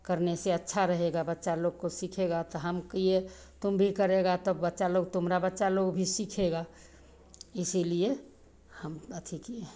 करने से अच्छा रहेगा बच्चा लोग कुछ सीखेगा तो हम किए तुम भी करेगा तब बच्चा लोग तुम्हारा बच्चा लोग भी सीखेगा इसीलिए हम अथी किए हैं